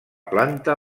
planta